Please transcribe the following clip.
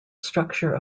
structure